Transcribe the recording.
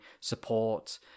support